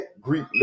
Greek